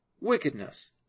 wickedness